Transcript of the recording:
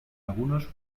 algunos